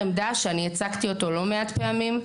יש נייר עמדה, הצגתי אותו לא מעט פעמים,